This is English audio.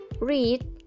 read